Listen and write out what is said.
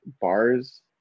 bars